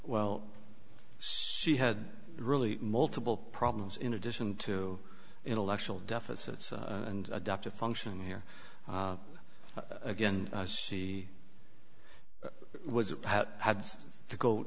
well she had really multiple problems in addition to intellectual deficits and adoptive function here again she was had to go